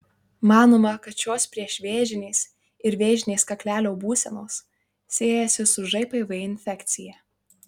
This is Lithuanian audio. manoma kad šios priešvėžinės ir vėžinės kaklelio būsenos siejasi su žpv infekcija